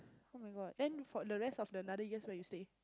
oh-my-God then for the rest of the other years where you stay